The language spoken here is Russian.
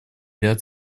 ряд